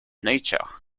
nature